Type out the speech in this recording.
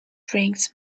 drinks